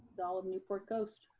it's all of newport coast.